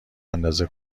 اندازه